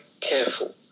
careful